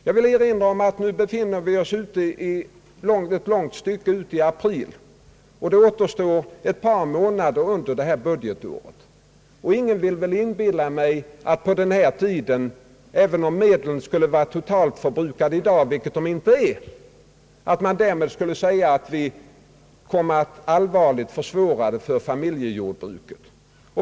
Jag vill erinra om att vi nu befinner oss ett långt stycke in i april, och det återstår ett par månader av innevarande budgetår. Ingen vill väl försöka inbilla mig att vi under denna tid — även om medlen skulle vara helt förbrukade i dag, vilket de icke är — kommer att ställa till allvarliga svårigheter för familjejordbruket.